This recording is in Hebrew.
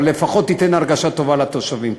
אבל לפחות תיתן הרגשה טובה לתושבים.